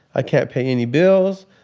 i can't pay any bills.